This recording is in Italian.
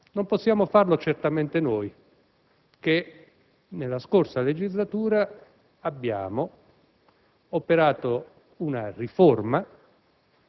non possiamo negarlo certamente noi che, nella scorsa legislatura, abbiamo operato una riforma